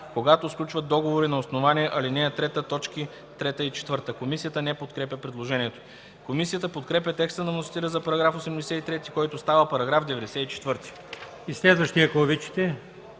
когато сключват договори на основание ал. 3, т. 3 и 4.” Комисията не подкрепя предложението. Комисията подкрепя текста на вносителя за § 83, който става § 94.